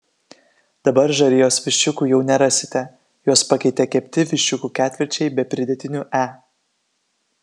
dabar žarijos viščiukų jau nerasite juos pakeitė kepti viščiukų ketvirčiai be pridėtinių e